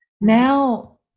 Now